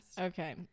okay